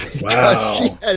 Wow